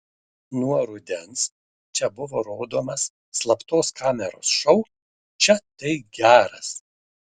nuo rudens čia buvo rodomas slaptos kameros šou čia tai geras